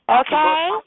Okay